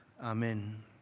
Amen